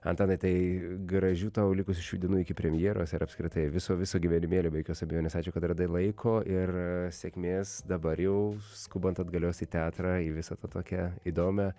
antanai tai gražių tau likusių šių dienų iki premjeros ir apskritai viso viso gyvenimėlio be jokios abejonės ačiū kad radai laiko ir sėkmės dabar jau skubant atgalios į teatrą į visą tą tokią įdomią